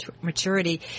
maturity